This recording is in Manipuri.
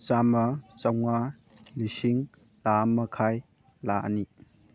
ꯆꯥꯝꯃ ꯆꯝꯃꯉꯥ ꯂꯤꯁꯤꯡ ꯂꯥꯈ ꯑꯃ ꯃꯈꯥꯏ ꯂꯥꯈ ꯑꯅꯤ